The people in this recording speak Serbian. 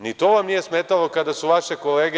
Ni to vam nije smetalo kada su vaše kolege…